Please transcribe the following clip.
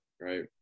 right